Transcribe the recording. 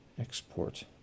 export